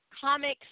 comics